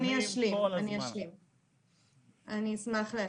אני אשמח להשלים.